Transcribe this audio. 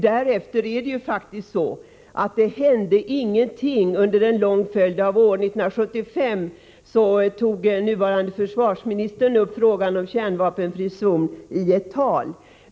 Därefter hände det faktiskt inte någonting under en lång följd av år; 1975 berörde nuvarande försvarsministern frågan om kärnvapenfri zon i ett tal.